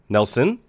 Nelson